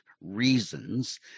reasons